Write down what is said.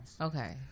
Okay